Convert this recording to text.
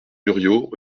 muriot